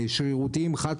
דברים,